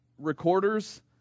recorders